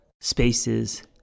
spaces